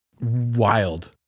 wild